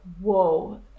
whoa